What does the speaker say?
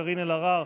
קארין אלהרר,